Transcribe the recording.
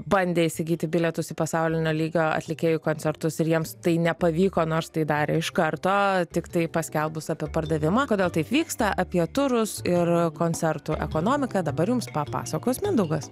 bandė įsigyti bilietus į pasaulinio lygio atlikėjų koncertus ir jiems tai nepavyko nors tai darė iš karto tiktai paskelbus apie pardavimą kodėl taip vyksta apie turus ir koncertų ekonomiką dabar jums papasakos mindaugas